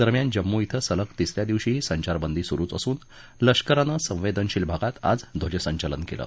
दरम्यान जम्मू श्विं सलग तिसऱ्या दिवशीही संचारबंदी सुरुच असून लष्करानं संवेदनशील भागात आज ध्वजसंचलन केलं